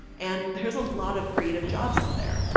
and there's a lot of creative jobs out there.